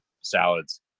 salads